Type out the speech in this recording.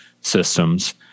systems